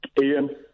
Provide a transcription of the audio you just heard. Ian